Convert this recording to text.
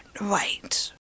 right